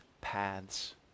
paths